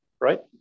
right